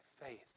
faith